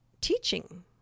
teaching